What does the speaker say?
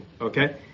okay